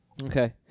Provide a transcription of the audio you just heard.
Okay